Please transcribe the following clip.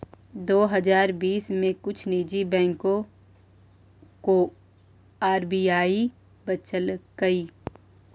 दो हजार बीस में कुछ निजी बैंकों को आर.बी.आई बचलकइ